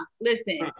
listen